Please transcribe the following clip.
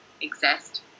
exist